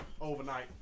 Overnight